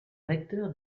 recteur